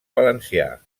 valencià